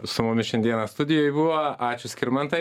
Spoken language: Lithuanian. su mumis šiandieną studijoje buvo ačiū skirmantai